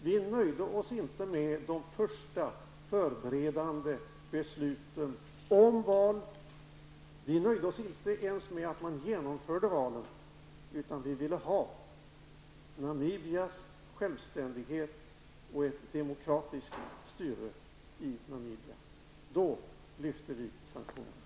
Vi nöjde oss inte med de första förberedande besluten om val, inte ens med att man genomförde valen, utan vi avvaktade Namibias självständighet och ett demokratiskt styre i landet. Då hävde vi sanktionerna.